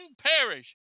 perish